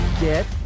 Get